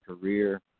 career